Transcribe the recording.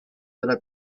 della